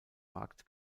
markt